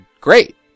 great